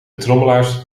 trommelaars